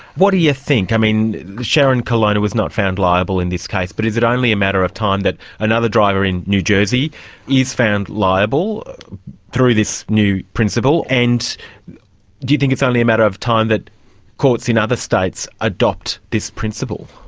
what do you think? sharon colonna was not found liable in this case, but is it only a matter of time that another driver in new jersey is found liable through this new principle? and do you think it's only a matter of time that courts in other states adopt this principle?